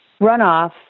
runoff